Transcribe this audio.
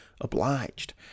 obliged